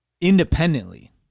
independently